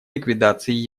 ликвидации